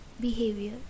behavior